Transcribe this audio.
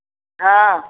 हाँ